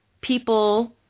people